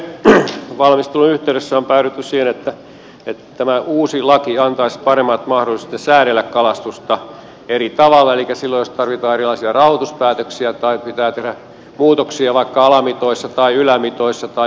valmistelun yhteydessä on päädytty siihen että tämä uusi laki antaisi paremmat mahdollisuudet säädellä kalastusta eri tavoin silloin jos tarvitaan erilaisia rauhoituspäätöksiä tai pitää tehdä muutoksia vaikka alamitoissa tai ylämitoissa tai pyyntivälineissä ja niin edelleen